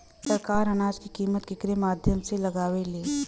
सरकार अनाज क कीमत केकरे माध्यम से लगावे ले?